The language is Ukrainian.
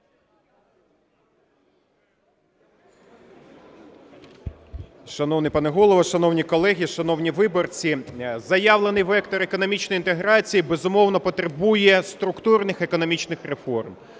Шановний пане Голово! Шановні колеги! Шановні виборці! Заявлений вектор економічної інтеграції, безумовно, потребує структурних економічних реформ.